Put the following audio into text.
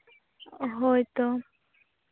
ᱦᱳᱭᱛᱳ